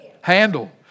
handle